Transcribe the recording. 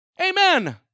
Amen